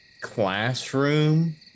classroom